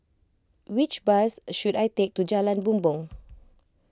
which bus should I take to Jalan Bumbong